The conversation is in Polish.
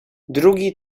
drugi